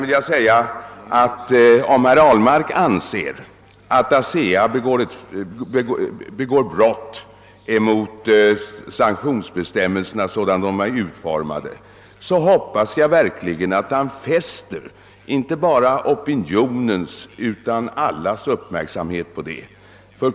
Om herr Ahlmark menar att ASEA begår ett brott mot sanktionsbestämmelserna, sådana de är utformade, hoppas jag verkligen att han fäster inte bara opinionens utan allas uppmärksamhet på detta.